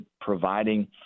providing